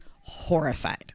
horrified